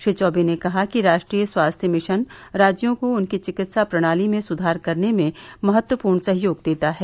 श्री चौबे ने कहा कि राष्ट्रीय स्वास्थ्य मिशन राज्यों को उनकी चिकित्सा प्रणाली में सुधार करने में महत्वपूर्ण सहयोग देता है